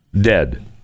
dead